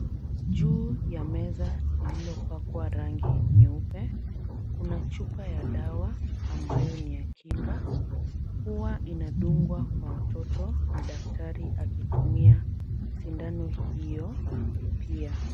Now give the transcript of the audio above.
Juu ya meza ililopakwa rangi, nyeupe, kuna chupa ya dawa, ambayo ni ya kinga, huwa inadungwa kwa watoto na daktari akitumia sindano hiyo pia.